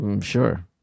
Sure